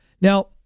now